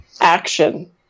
action